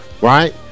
Right